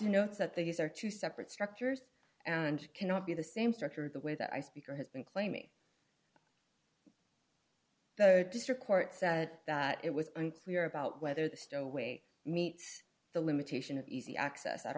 denotes that these are two separate structures and cannot be the same structure of the way that i speak or has been claiming district court said that it was unclear about whether the stowaway meet the limitation of easy access at